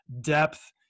depth